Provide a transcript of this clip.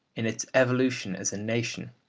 in its evolution as a nation.